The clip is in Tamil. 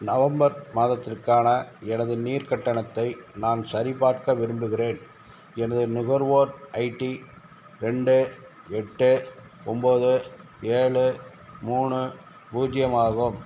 நவம்பர் மாதத்திற்கான எனது நீர் கட்டணத்தை நான் சரிபார்க்க விரும்புகிறேன் எனது நுகர்வோர் ஐடி ரெண்டு எட்டு ஒம்போது ஏழு மூணு பூஜ்ஜியம் ஆகும்